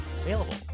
available